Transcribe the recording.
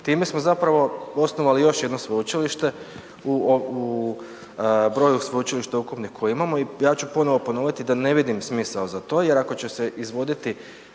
Time smo zapravo osnovali još jedno sveučilište u broju sveučilišta ukupnih koje imamo i ja ću ponovo ponoviti da ne vidim smisao za to jer ako će se izvoditi